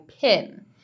PIN